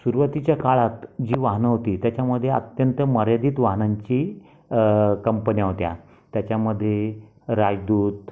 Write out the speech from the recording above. सुरुवातीच्या काळात जी वाहनं होती त्याच्यामध्ये अत्यंत मर्यादित वाहनांची कंपन्या होत्या त्याच्यामध्ये राजदूत